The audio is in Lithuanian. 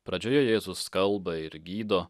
pradžioje jėzus kalba ir gydo